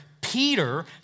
Peter